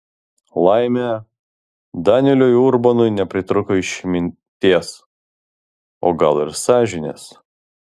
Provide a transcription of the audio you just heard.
laimė danieliui urbonui nepritrūko išminties o gal ir sąžinės